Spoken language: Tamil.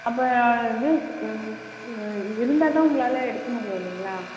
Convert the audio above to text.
அப்போ இது இருந்தால்தான் உங்களால் எடுக்க முடியும் இல்லைங்களா